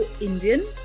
Indian